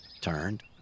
turned